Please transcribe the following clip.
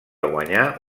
guanyar